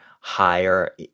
higher